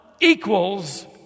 equals